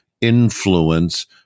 influence